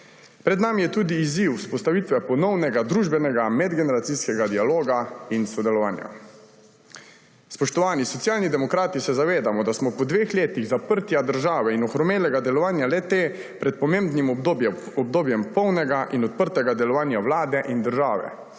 Pred nami je tudi izziv vzpostavitve ponovnega družbenega medgeneracijskega dialoga in sodelovanja. Spoštovani! Socialni demokrati se zavedamo, da smo po dveh letih zaprtja države in ohromelega delovanja le-te pred pomembnim obdobjem polnega in odprtega delovanja vlade in države.